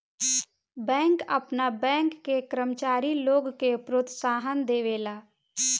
bank आपन bank के कर्मचारी लोग के प्रोत्साहन देवेला